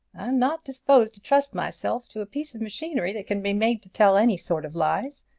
not disposed to trust myself to a piece of machinery that can be made to tell any sort of lies.